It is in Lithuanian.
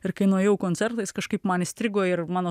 ir kai nuėjau į koncertą jis kažkaip man įstrigo ir mano